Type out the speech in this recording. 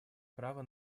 права